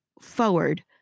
forward